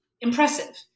impressive